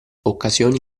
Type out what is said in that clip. occasioni